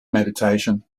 meditation